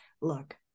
look